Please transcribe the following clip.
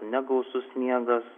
negausus sniegas